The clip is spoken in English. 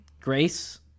Grace